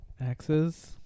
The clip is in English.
Axes